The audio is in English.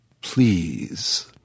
Please